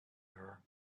her